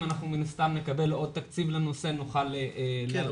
אם אנחנו מן הסתם נקבל עוד תקציב לנושא נוכל להרחיב.